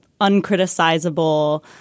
uncriticizable